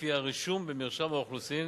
לפי הרישום במרשם האוכלוסין,